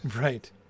Right